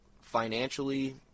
financially